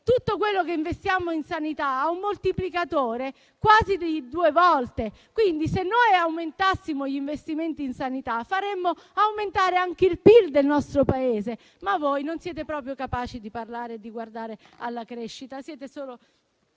tutto quello che investiamo in sanità ha un moltiplicatore quasi di due volte. Quindi, se noi aumentassimo gli investimenti in sanità, faremmo aumentare anche il PIL del nostro Paese. Voi, però, non siete proprio capaci di guardare alla crescita; siete solo